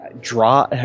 draw